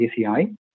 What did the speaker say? ACI